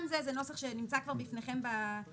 גם זה נוסח שנמצא כבר בפניכם בעותק,